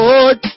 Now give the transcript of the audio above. Lord